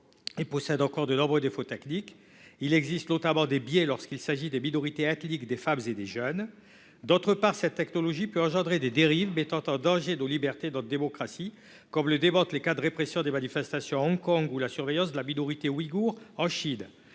et possède encore de nombreux défauts techniques ; il existe notamment des biais lorsqu'il s'agit de minorités ethniques, de femmes et de jeunes. D'autre part, cette technologie peut engendrer des dérives mettant en danger nos libertés et notre démocratie, comme le démontrent les cas de la répression des manifestations à Hong Kong ou de la surveillance de la minorité ouïghoure par la Chine.